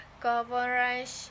coverage